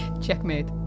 Checkmate